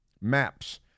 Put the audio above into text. MAPs